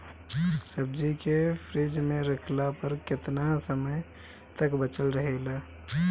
सब्जी के फिज में रखला पर केतना समय तक बचल रहेला?